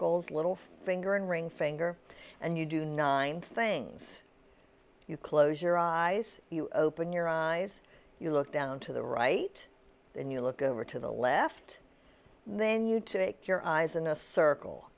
es little finger and ring finger and you do nine things you close your eyes you open your eyes you look down to the right then you look over to the left then you take your eyes in a circle